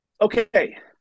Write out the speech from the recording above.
okay